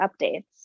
updates